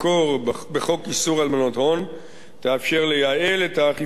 בחוק איסור הלבנת הון תאפשר לייעל את האכיפה,